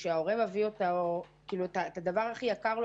ההורה נותן לנו את הדבר היקר לו